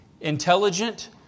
intelligent